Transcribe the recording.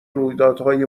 رویدادهای